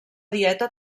dieta